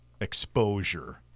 exposure